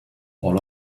all